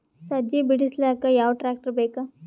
ಸಜ್ಜಿ ಬಿಡಿಸಿಲಕ ಯಾವ ಟ್ರಾಕ್ಟರ್ ಬೇಕ?